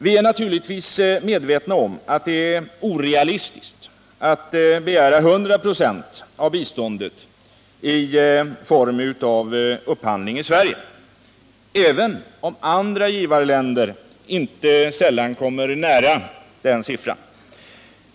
Vi är naturligtvis medvetna om att det är orealistiskt att begära 100 96 av biståndet i form av upphandling i Sverige, även om andra givarländer inte sällan kommer nära den siffran.